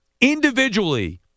individually